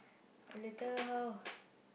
later how